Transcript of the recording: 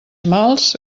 mals